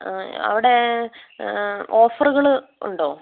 ആ അവിടെ ഓഫറുകൾ ഉണ്ടോ